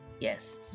Yes